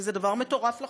הרי זה דבר מטורף לחלוטין.